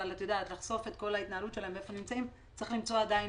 אבל לחשוף את כל ההתנהלות שלהם ואיפה הם נמצאים צריך למצוא עדיין